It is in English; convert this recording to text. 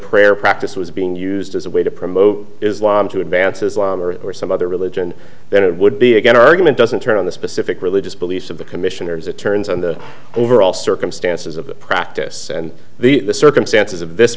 prayer practice was being used as a way to promote islam to advance islam or some other religion then it would be a good argument doesn't turn on the specific religious beliefs of the commissioners it turns on the overall circumstances of the practice and the circumstances of this